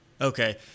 Okay